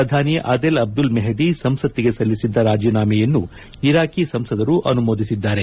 ಪ್ರಧಾನಿ Adel Abdul Mahdi ಸಂಸತ್ತಿಗೆ ಸಲ್ಲಿಸಿದ್ದ ರಾಜೀನಾಮೆಯನ್ನು ಇರಾಕಿ ಸಂಸದರ ಅನುಮೋದಿಸಿದ್ದಾರೆ